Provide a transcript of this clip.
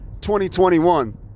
2021